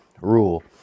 rule